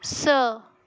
स